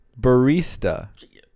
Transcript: barista